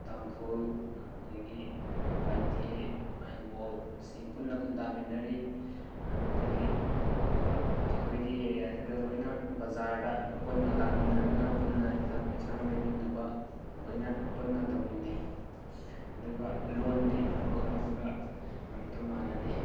ꯇꯥꯡꯈꯨꯜ ꯑꯗꯒꯤ ꯄꯥꯏꯇꯦ ꯑꯥꯏꯃꯣꯜꯁꯤꯡ ꯄꯨꯟꯅ ꯈꯨꯟꯗꯥꯃꯤꯟꯅꯔꯤ ꯑꯗꯨꯗꯒꯤ ꯑꯗꯨꯒ ꯑꯩꯈꯣꯏꯒꯤ ꯑꯦꯔꯤꯌꯥꯁꯤꯗ ꯂꯣꯏꯅ ꯕꯖꯥꯔꯗ ꯄꯨꯟꯅ ꯂꯥꯛꯃꯤꯟꯅꯗꯨꯅ ꯄꯨꯟꯅ ꯏꯟꯖꯥꯡ ꯃꯩꯁꯥꯡ ꯂꯩꯃꯤꯟꯅꯕ ꯂꯣꯏꯅ ꯄꯨꯟꯅ ꯇꯧꯃꯤꯟꯅꯩ ꯑꯗꯨꯒ ꯂꯣꯟꯗꯤ ꯑꯃꯒ ꯑꯃꯒ ꯑꯝꯇ ꯃꯥꯟꯅꯗꯦ